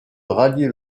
rallier